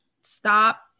stop